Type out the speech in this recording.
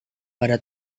pada